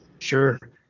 Sure